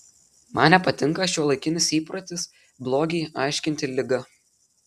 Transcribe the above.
man nepatinka šiuolaikinis įprotis blogį aiškinti liga